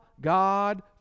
God